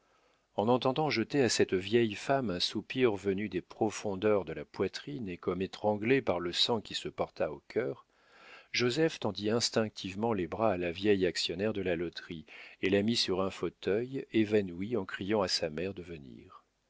en entendant jeter à cette vieille femme un soupir venu des profondeurs de la poitrine et comme étranglé par le sang qui se porta au cœur joseph tendit instinctivement les bras à la vieille actionnaire de la loterie et la mit sur un fauteuil évanouie en criant à sa mère de venir